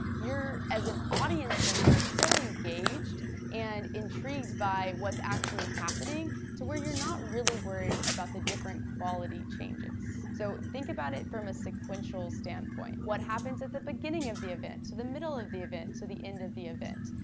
you're, as an audience member, still engaged and intrigued by what's actually happening to where you're not really worried about the different quality changes. so think about it from a sequential standpoint. what happens at the beginning of the event, the middle of the event, to the end of the event.